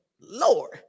Lord